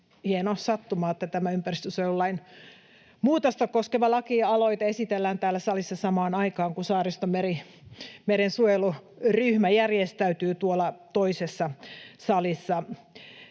hieno sattuma, että tämä ympäristönsuojelulain muutosta koskeva lakialoite esitellään täällä salissa samaan aikaan, kun Saaristomeren suojeluryhmä järjestäytyy tuolla toisessa salissa.